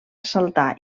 saltar